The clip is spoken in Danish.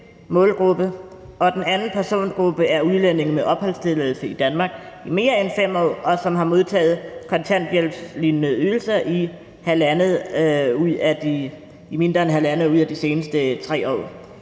for den målgruppe – dels udlændinge med opholdstilladelse i Danmark i mere end 5 år, som har modtaget kontanthjælpslignende ydelser i mindre end 1½ år ud af de seneste 3 år.